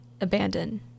abandon